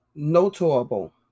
Notable